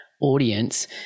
audience